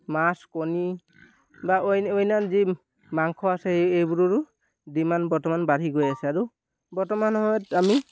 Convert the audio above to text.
মাছ কণী বা অন্যান্য যি মাংস আছে এইবোৰৰো ডিমাণ্ড বৰ্তমান বাঢ়ি গৈ আছে আৰু বৰ্তমান সময়ত আমি